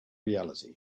reality